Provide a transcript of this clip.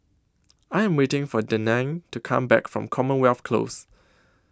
I Am waiting For Denine to Come Back from Commonwealth Close